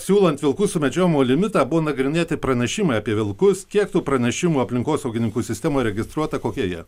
siūlant vilkų sumedžiojimo limitą buvo nagrinėti pranešimai apie vilkus kiek tų pranešimų aplinkosaugininkų sistemoje registruota kokie jie